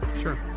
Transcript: Sure